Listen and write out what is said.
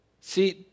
See